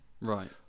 Right